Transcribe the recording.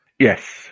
Yes